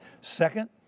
Second